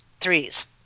threes